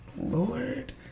lord